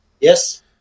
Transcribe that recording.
Yes